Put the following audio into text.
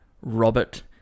Robert